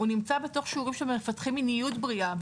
הוא נמצא בתוך שיעורים שמפתחים מיניות בריאה,